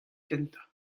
kentañ